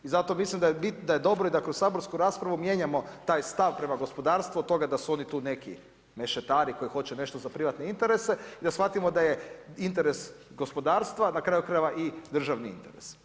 I zato mislim da je dobro i da kroz saborsku raspravu mijenjamo taj stav prema gospodarstvu od toga da su oni tu neki mešetari koji hoće nešto za privatne interese i da shvatimo da je interes gospodarstva na kraju krajeva i državni interes.